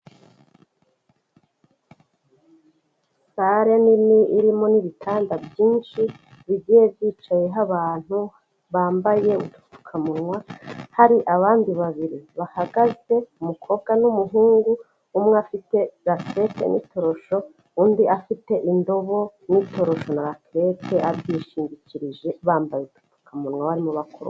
Sare nini irimo n'ibitanda byinshi bigiye byicayeho abantu bambaye udupfukamunwa, hari abandi babiri bahagaze; umukobwa n'umuhungu, umwe afite rakerete n'itorosho, undi afite indobo n'itorosho na rakerete abyishingikirije bambaye udupfukamunwa barimo bakoropa.